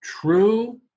True